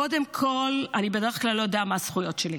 קודם כול, אני בדרך כלל לא יודע מה הזכויות שלי.